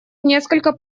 несколько